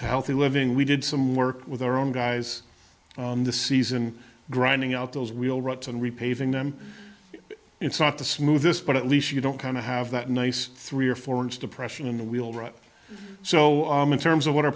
to healthy living we did some work with our own guys on the season grinding out those wheel ruts and repaving them it's not the smooth this but at least you don't kind of have that nice three or four inch depression in the wheelwright so in terms of what